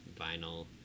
vinyl